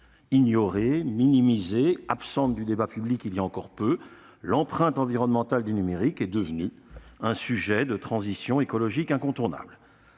Ignorée, minimisée, absente du débat public voilà encore peu, l'empreinte environnementale du numérique est devenue un sujet incontournable